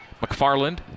McFarland